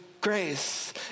grace